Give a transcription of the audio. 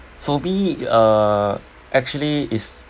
for me uh actually is